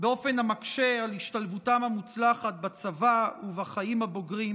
באופן המקשה על השתלבותם המוצלחת בצבא ובחיים הבוגרים,